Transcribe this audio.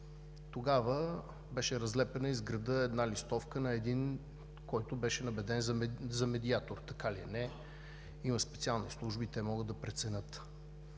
Тогава беше разлепена из града листовка на един човек, който беше набеден за медиатор. Така ли е или не – има специални служби, те могат да преценят.